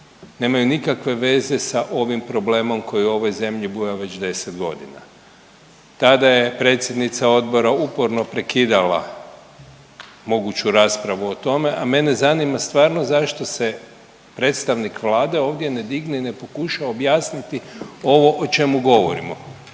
nemaju nikakve veze sa ovim problemom koji u ovoj zemlji buja već 10.g.. Tada je predsjednica odbora uporno prekidala moguću raspravu o tome, a mene zanima stvarno zašto se predstavnik Vlade ovdje ne digne i ne pokuša objasniti ovo o čemu govorimo.